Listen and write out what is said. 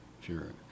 sure